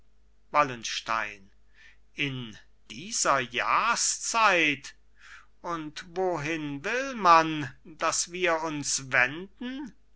wallenstein in dieser jahreszeit und wohin will man daß wir uns wenden